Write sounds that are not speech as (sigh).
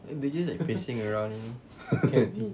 they just like pacing around (laughs)